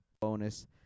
bonus